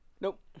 Nope